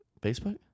Facebook